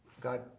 God